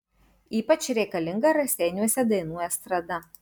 ypač reikalinga raseiniuose dainų estrada